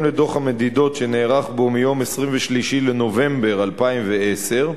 לדוח המדידות שנערך בו ביום 23 בנובמבר 2010,